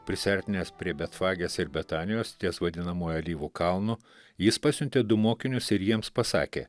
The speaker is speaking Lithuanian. prisiartinęs prie betfagės ir betanijos ties vadinamuoju alyvų kalnu jis pasiuntė du mokinius ir jiems pasakė